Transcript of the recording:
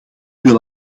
wil